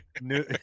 new